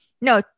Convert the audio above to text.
no